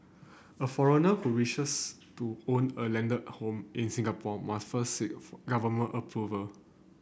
a foreigner who wishes to own a landed home in Singapore must first seek government approval